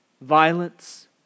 violence